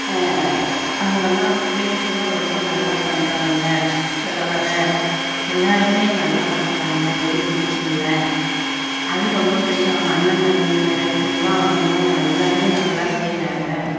அவங்கள்லாம் லேடிஸ்ங்கெலாம் ரொம்ப நல்லா பண்ணுறாங்க அதில் வர எல்லாேருமே நல்லா பண்ணுறாங்க எதிர்நீச்சலில் அது ரொம்ப பிடிக்கும் அவங்க அண்ணன் தம்பி கேரக்ட்ருங்கெலாம் அவனுங்கலாம் நல்லாவே நல்லா செய்கிறாங்க